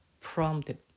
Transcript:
prompted